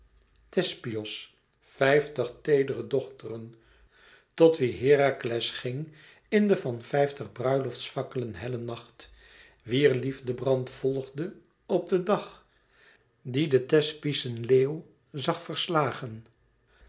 thespios vijftig teedere dochteren tot wie herakles ging in de van vijftig bruiloftsfakkelen helle nacht wier liefdebrand volgde op den dag die den thespischen leeuw zag verslagen